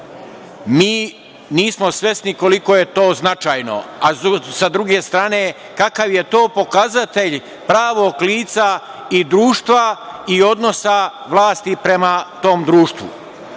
nismo svesni koliko je to značajno, a sa druge strane kakav je to pokazatelj pravog lica i društva i odnosa vlasti prema tom društvu.